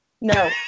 No